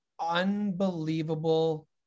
Unbelievable